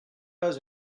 pas